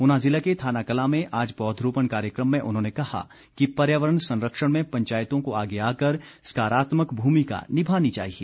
ऊना जिला के थानाकलां में आज पौधरोपण कार्यक्रम में उन्होंने कहा कि पर्यावरण संरक्षण में पंचायतों को आगे आकर सकारात्मक भूमिका निभानी चाहिए